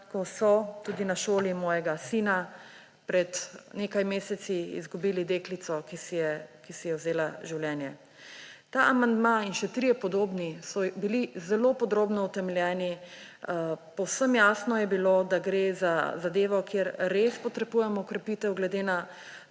ko so tudi na šoli mojega sina pred nekaj meseci izgubili deklico, ki si je vzela življenje. Ta amandma in še trije podobni so bili zelo podrobno utemeljeni. Povsem jasno je bilo, da gre za zadevo, kjer res potrebujemo okrepitev glede na